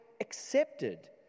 accepted